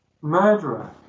murderer